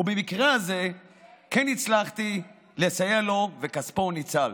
ובמקרה הזה כן הצלחתי לסייע לו וכספו ניצל.